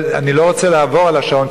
אני לא רוצה לעבור על השעון,